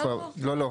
לא, לא.